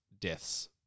deaths